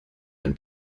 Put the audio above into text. ein